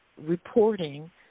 reporting